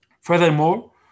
Furthermore